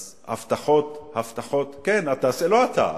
אז הבטחות, הבטחות, כן, זה לא אתה.